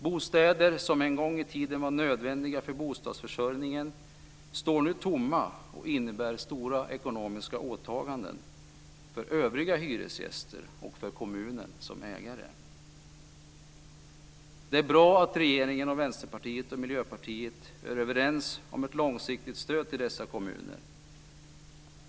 Bostäder som en gång i tiden var nödvändiga för bostadsförsörjningen står nu tomma och innebär stora ekonomiska åtaganden för övriga hyresgäster och för kommunen som ägare. Det är bra att regeringen, Vänsterpartiet och Miljöpartiet är överens om ett långsiktigt stöd till dessa kommuner.